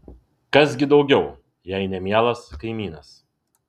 kas gi daugiau jei ne mielas kaimynas